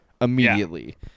immediately